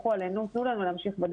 תסמכו עלינו ותנו לנו להמשיך.